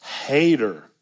hater